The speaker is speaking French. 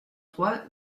trois